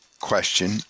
question